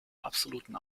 absoluten